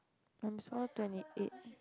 I'm also twenty eight